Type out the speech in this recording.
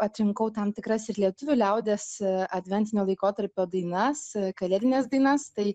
atrinkau tam tikras ir lietuvių liaudies adventinio laikotarpio dainas kalėdines dainas tai